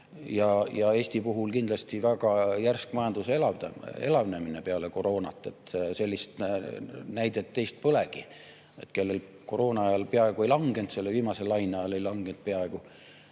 Ja Eesti puhul kindlasti väga järsk majanduse elavnemine peale koroonat. Sellist näidet teist polegi, kellel koroonaajal peaaegu ei langenud, selle viimase laine ajal, ja siis taastus